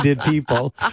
people